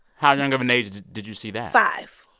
how young of an age did did you see that? five.